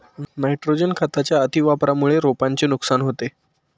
nitrogen खताच्या अतिवापरामुळे रोपांचे नुकसान होते